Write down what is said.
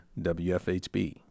WFHB